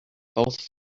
both